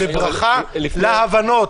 בברכה להבנות.